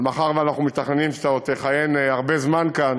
אבל מאחר שאנחנו מתכננים שאתה עוד תכהן הרבה זמן כאן,